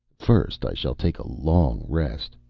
first i shall take a long rest.